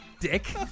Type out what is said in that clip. Dick